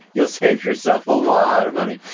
you'll save yourself a lot of money.